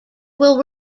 will